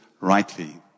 rightly